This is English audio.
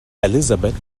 elizabeth